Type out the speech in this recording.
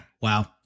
Wow